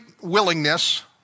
willingness